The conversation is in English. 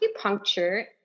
acupuncture